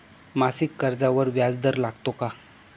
मासिक कर्जावर व्याज दर लागतो का?